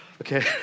Okay